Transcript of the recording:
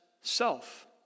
self